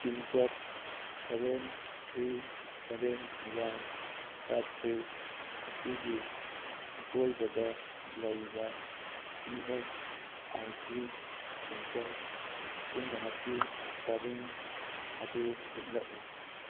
pin code seven three seven one five three ꯑꯁꯤꯒꯤ ꯑꯀꯣꯏꯕꯗ ꯂꯩꯕ E S I C centre ꯄꯨꯝꯅꯃꯛꯀꯤ ꯄꯔꯤꯡ ꯑꯗ ꯨꯎꯠꯂꯛꯎ